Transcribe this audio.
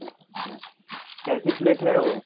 हाँ हाँ कैसे प्लेट है वह